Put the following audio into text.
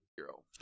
zero